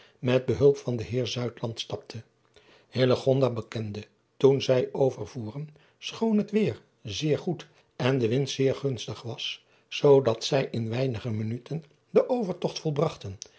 met behulp van den eer stapte bekende toen zij overvoeren schoon het weêr zeer goed en de wind zeer gunstig was zoo dat zij in weinige minuten den overtogt volbragten